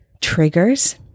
triggers